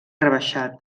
rebaixat